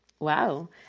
Wow